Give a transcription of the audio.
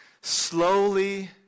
Slowly